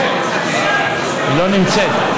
היא לא נמצאת.